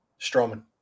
Strowman